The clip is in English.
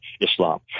Islam